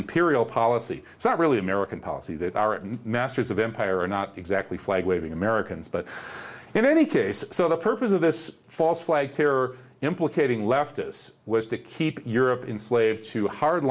imperial policy it's not really american policy that our masters of empire are not exactly flag waving americans but in any case so the purpose of this false flag terror implicating left is was to keep europe in slave to hard